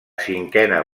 cinquena